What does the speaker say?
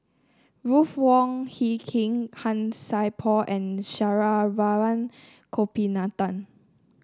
Ruth Wong Hie King Han Sai Por and Saravanan Gopinathan